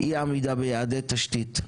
אי עמידה ביעדי תשתית.